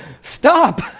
Stop